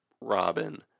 Robin